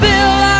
Bill